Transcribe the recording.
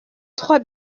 trois